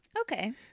Okay